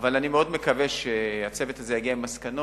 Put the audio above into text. אבל אני מאוד מקווה שהצוות הזה יגיע עם מסקנות,